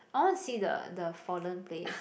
I want see the the fallen place